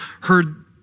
heard